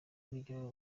urugero